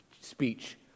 speech